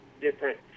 different